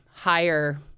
higher